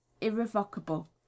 irrevocable